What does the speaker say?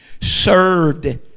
served